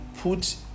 put